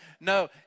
No